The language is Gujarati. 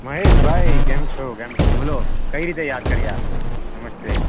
મહેશભાઈ કેમ છો કેમ છો બોલો કઈ રીતે યાદ કર્યા નમસ્તે